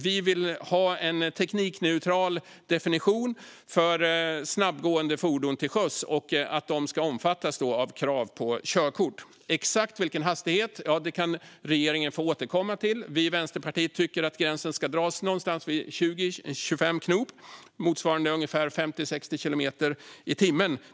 Vi vill ha en teknikneutral definition för snabbgående fordon till sjöss, och vi vill att de ska omfattas av krav på körkort. Exakt vilken hastighet det ska gälla kan regeringen få återkomma med. Vi i Vänsterpartiet tycker att gränsen ska dras någonstans vid 20-25 knop, med andra ord motsvarande ungefär 50-60 kilometer i timmen.